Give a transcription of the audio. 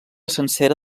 sencera